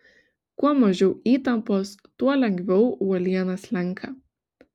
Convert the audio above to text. kuo mažiau įtampos tuo lengviau uoliena slenka